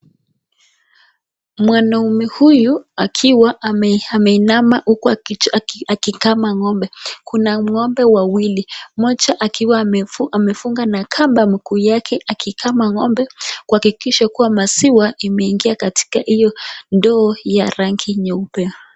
Mwanaume huyu akiwa ameinama huku akikama ng'ombe, kuna ng'ombe wawili mmoja akiwa amefunga na kamba mguu yake akikama ng'ombe kuhakikisha kua maziwa imeingia katika iyo ndoo ya ranfi nyeupe.